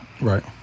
right